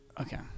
Okay